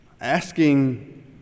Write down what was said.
asking